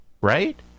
Right